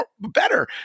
better